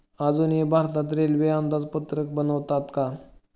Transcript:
अजूनही भारतात रेल्वे अंदाजपत्रक बनवतात का?